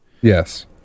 Yes